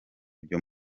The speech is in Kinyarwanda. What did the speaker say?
byo